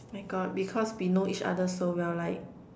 my God because we know each other so we're like